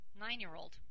Nine-year-old